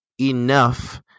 enough